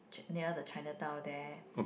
ch~ near the Chinatown there